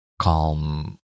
calm